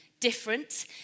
Different